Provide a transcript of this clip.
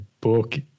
book